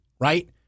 right